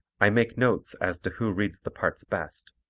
i make notes as to who reads the parts best.